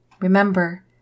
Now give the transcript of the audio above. Remember